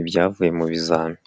ibyavuye mu bizami.